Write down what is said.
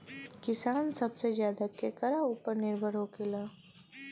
किसान सबसे ज्यादा केकरा ऊपर निर्भर होखेला?